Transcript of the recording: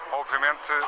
obviamente